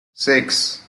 six